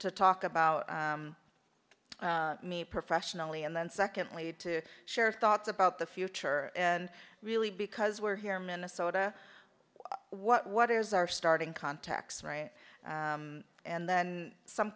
to talk about me professionally and then secondly to share thoughts about the future and really because we're here in minnesota what what is our starting context right and then some